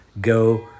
go